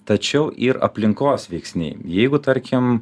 tačiau ir aplinkos veiksniai jeigu tarkim